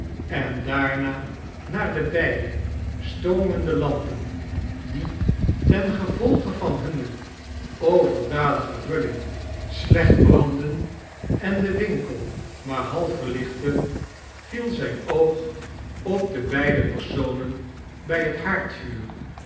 en daarna naar de beide stoomende lampen die tengevolge van hunne overdadige vulling slecht brandden en den winkel maar half verlichtten viel zijn oog op de beide personen bij het